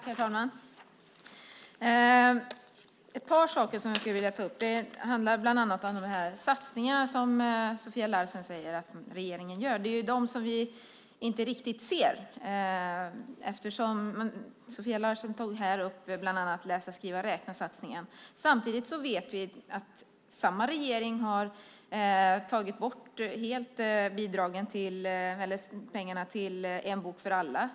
Herr talman! Jag skulle vilja ta upp ett par saker. Det handlar bland annat om de satsningar som Sofia Larsen säger att regeringen gör. Det är dessa satsningar som vi inte riktigt ser. Sofia Larsen tog upp bland annat läsa-skriva-räkna-satsningen. Samtidigt vet vi att samma regering helt har tagit bort pengarna till En bok för alla.